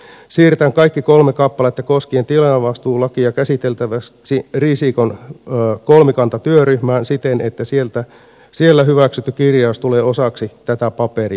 siirretään kaikki kolme kappaletta koskien tilaajavastuulakia käsiteltäväksi risikon kolmikantatyöryhmään siten että siellä hyväksytty kirjaus tulee osaksi tätä paperia